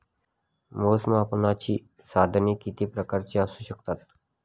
मोजमापनाची साधने किती प्रकारची असू शकतात?